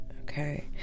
okay